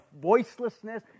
voicelessness